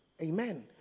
Amen